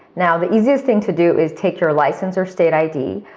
now, the easiest thing to do is take your license or state id.